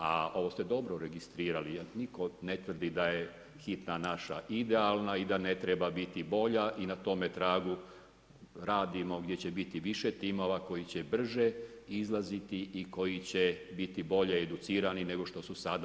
A ovo ste dobro registrirali, nitko ne tvrdi da je Hitna naša idealna i da ne treba biti bolja i da na tome tragu radimo gdje će biti više timova koji će brže izlaziti i koji će biti bolje educirani, nego što su sada.